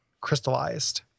crystallized